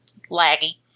laggy